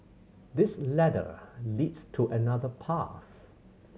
this ladder leads to another path